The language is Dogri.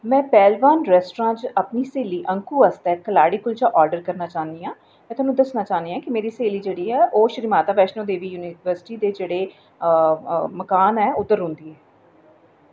में पैह्लवान रैस्ट्रांट च अपनी सहेली अंकू आस्तै कलाड़ी कुल्चा आर्ड़र करना चाह्न्नी आं ते में दस्सना चाह्न्नी आं कि मेरी स्हेली जेह्ड़ी ऐ ओह् श्री माता वैश्णो देवी यूनिवर्सिटी दे जेह्ड़े मकान ऐ उद्धर रौंह्दी